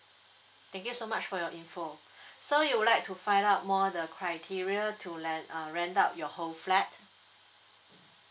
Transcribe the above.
thank you so much for your info so you would like to find out more the criteria to lend uh rent out your whole flat